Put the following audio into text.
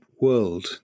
world